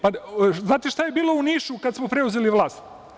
Pa, znate šta je bilo u Nišu kad smo preuzeli vlast?